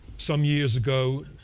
some years ago,